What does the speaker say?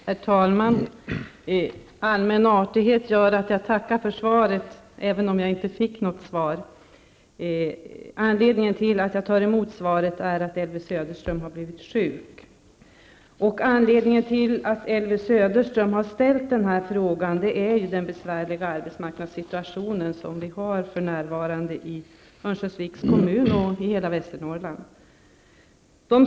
Herr talman! Allmän artighet gör att jag tackar för svaret, även om jag inte fick något svar. Anledningen till att jag tar emot svaret är att Elvy Söderström har blivit sjuk. Anledningen till att Elvy Söderström ställde denna fråga är den besvärliga arbetsmarknadssituation som vi för närvarande har i Örnsköldsviks kommun och hela Västernorrland.